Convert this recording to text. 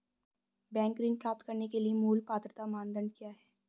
Bank ऋण प्राप्त करने के लिए मूल पात्रता मानदंड क्या हैं?